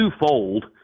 twofold